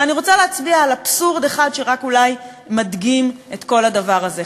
ואני רוצה להצביע על רק אבסורד אחד שאולי מדגים את כל הדבר הזה.